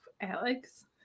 Alex